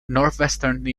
northwestern